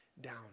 down